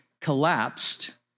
collapsed